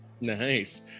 Nice